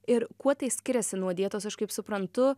ir kuo skiriasi nuo dietos aš kaip suprantu